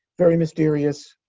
very mysterious.